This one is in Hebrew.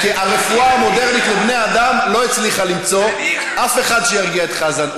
כי הרפואה המודרנית לבני-אדם לא הצליחה למצוא אף אחד שירגיע את חזן.